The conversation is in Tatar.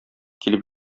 килеп